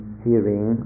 hearing